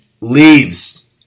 leaves